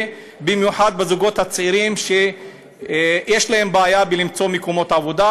ובמיוחד בקרב הזוגות הצעירים שיש להם בעיה בלמצוא מקומות עבודה,